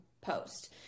post